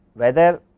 whether